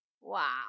Wow